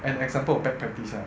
an example of bad practice ah